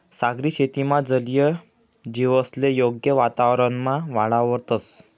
सागरी शेतीमा जलीय जीवसले योग्य वातावरणमा वाढावतंस